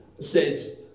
says